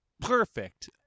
perfect